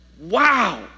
Wow